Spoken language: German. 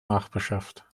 nachbarschaft